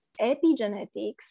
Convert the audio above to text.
epigenetics